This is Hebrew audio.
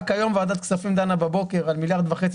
רק הבוקר ועדת כספים דנה על מיליארד וחצי